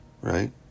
right